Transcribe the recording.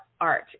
art